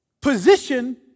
position